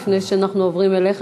לפני שאנחנו עוברים אליך,